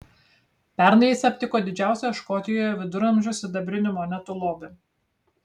pernai jis aptiko didžiausią škotijoje viduramžių sidabrinių monetų lobį